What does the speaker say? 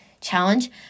challenge